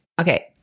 Okay